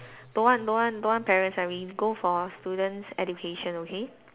don't want don't want don't want parents uh we go for students' education okay